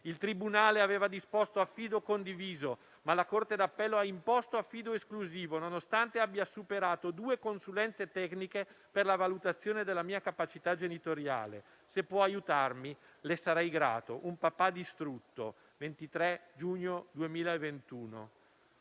Il tribunale aveva disposto affido condiviso, ma la Corte d'appello ha imposto affido esclusivo, nonostante abbia superato due consulenze tecniche per la valutazione della mia capacità genitoriale. Se può aiutarmi, le sarei grato. Un papà distrutto. 23 giugno 2021».